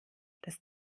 dass